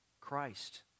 Christ